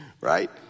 right